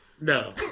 No